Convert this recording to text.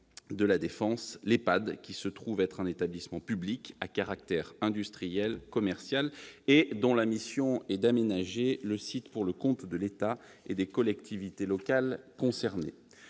de La Défense, l'EPAD, qui se trouve être un établissement public à caractère industriel et commercial, dont la mission est d'aménager le site pour le compte de l'État et des collectivités locales concernées.